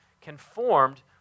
conformed